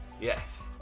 Yes